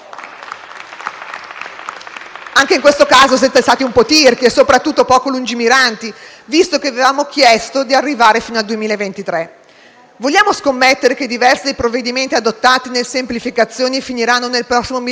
Anche in questo caso siete stati un po' tirchi e soprattutto poco lungimiranti, visto che avevamo chiesto di arrivare fino al 2023. Vogliamo scommettere che diversi dei provvedimenti adottati nel decreto semplificazioni finiranno nel prossimo mille proroghe?